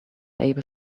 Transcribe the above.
able